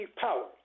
power